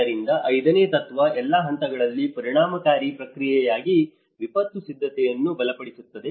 ಆದ್ದರಿಂದ ಐದನೇ ತತ್ವ ಎಲ್ಲಾ ಹಂತಗಳಲ್ಲಿ ಪರಿಣಾಮಕಾರಿ ಪ್ರತಿಕ್ರಿಯೆಗಾಗಿ ವಿಪತ್ತು ಸಿದ್ಧತೆಯನ್ನು ಬಲಪಡಿಸುತ್ತದೆ